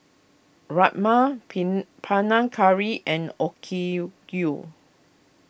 Rajma Pin Panang Curry and Okayu Yu